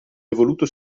evoluto